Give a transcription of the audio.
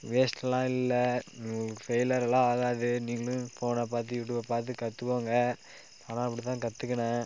வேஸ்ட்டெல்லாம் இல்லை உங்களுக்கு ஃபெய்லியர்லாம் ஆகாது நீங்களும் ஃபோனை பார்த்து யூடியூபை பார்த்து கற்றுக்கோங்க நான்லாம் அப்படித்தான் கற்றுக்கினேன்